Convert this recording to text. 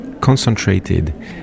concentrated